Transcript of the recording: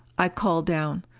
i called down,